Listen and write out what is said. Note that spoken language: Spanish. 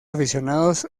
aficionados